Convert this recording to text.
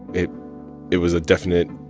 it it was a definite,